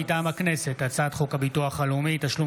מטעם הכנסת: הצעת חוק הביטוח הלאומי (תשלום